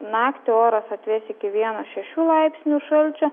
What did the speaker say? naktį oras atvės iki vieno šešių laipsnių šalčio